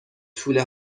توله